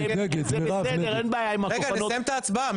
רגע, נסיים את ההצבעה.